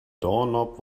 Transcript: doorknob